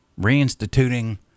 reinstituting